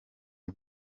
bwe